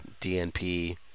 DNP